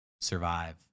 survive